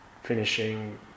finishing